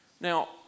Now